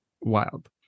Wild